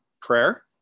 prayer